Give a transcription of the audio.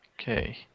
Okay